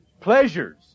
pleasures